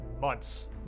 months